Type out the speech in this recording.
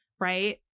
right